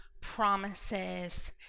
promises